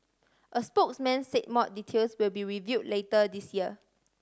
a spokesman said more details will be reveal later this year